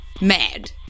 mad